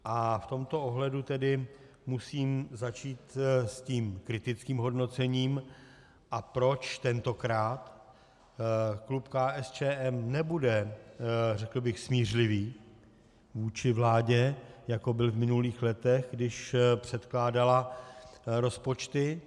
V tomto ohledu tedy musím začít s kritickým hodnocením, a proč tentokrát klub KSČM nebude, řekl bych, smířlivý vůči vládě, jako byl v minulých letech, když předkládala rozpočty.